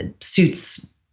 suits